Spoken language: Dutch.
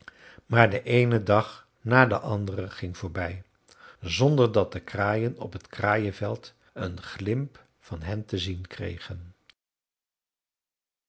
maar de eene dag na den anderen ging voorbij zonder dat de kraaien op t kraaienveld een glimp van hen te zien kregen